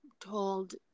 told